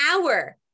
hour